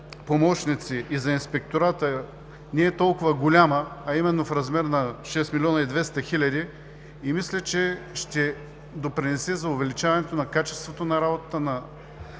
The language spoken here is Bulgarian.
и за Инспектората, не е толкова голяма, а именно в размер на 6 млн. 200 хил. лева. Мисля, че ще допринесе за увеличаването на качеството на работата на